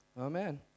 Amen